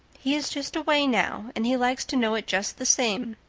he is just away now and he likes to know it just the same.